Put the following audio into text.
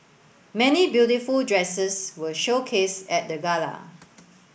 many beautiful dresses were showcased at the gala